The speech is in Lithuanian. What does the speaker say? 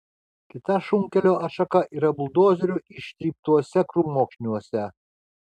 kita šunkelio atšaka yra buldozerių ištryptuose krūmokšniuose